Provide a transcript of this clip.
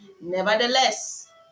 Nevertheless